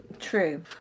true